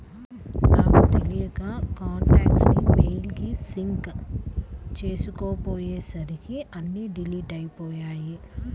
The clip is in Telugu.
నాకు తెలియక కాంటాక్ట్స్ ని మెయిల్ కి సింక్ చేసుకోపొయ్యేసరికి అన్నీ డిలీట్ అయ్యిపొయ్యాయి